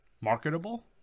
marketable